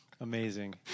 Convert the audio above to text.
Amazing